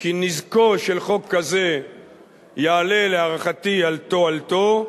כי נזקו של חוק כזה יעלה, להערכתי, על תועלתו,